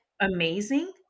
amazing